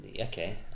okay